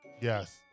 Yes